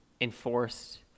enforced